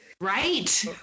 Right